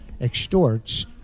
extorts